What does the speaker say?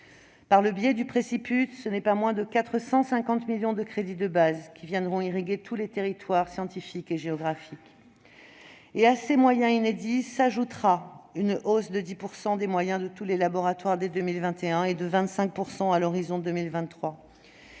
par le biais du préciput, ce ne sont pas moins de 450 millions de crédits de base qui viendront irriguer tous les territoires, scientifiques et géographiques. À ces moyens inédits s'ajoutera, dès 2021, une hausse de 10 % des moyens des laboratoires dès 2021 et, à l'horizon 2023,